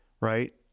right